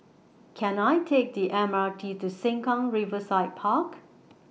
Can I Take The M R T to Sengkang Riverside Park